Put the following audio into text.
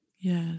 Yes